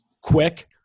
quick